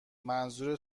منظور